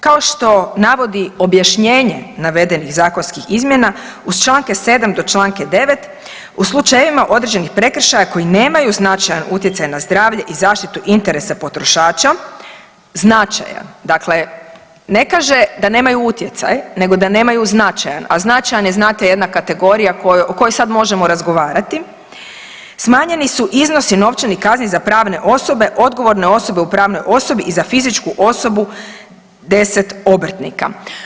Kao što navodi objašnjenje navedenih zakonskih izmjena uz čl. 7. do čl. 9 ., u slučajevima određenih prekršaja koji nemaju značajan utjecaj na zdravlje i zaštitu interesa potrošača značaja, dakle, ne kaže da nemaju utjecaj nego da nemaju značaj, a značaj je sad jedna kategorija o kojoj sad možemo razgovarati, smanjeni su iznosi novčanih kazni za pravne osobe, odgovorne osobe u pravnoj osobi i za fizički osobu 10 obrtnika.